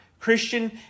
Christian